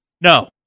No